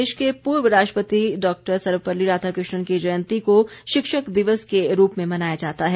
देश के पूर्व राष्ट्रपति डॉक्टर सर्वपल्ली राधाकृष्णन की जयंती को शिक्षक दिवस के रूप में मनाया जाता है